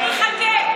אני אחכה.